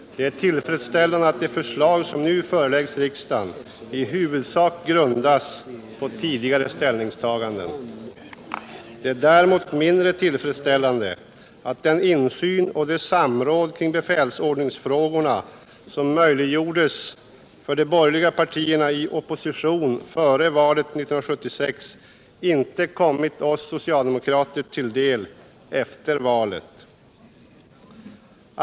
Det är tillfredsställande att det förslag som nu föreläggs riksdagen i huvudsak grundas på tidigare ställningstaganden. Det är däremot mindre tillfredsställande att den insyn och det samråd kring befälsordningsfrågorna som möjliggjordes för de borgerliga partierna i opposition före valet 1976 inte kommit oss socialdemokrater till del efter valet.